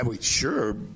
sure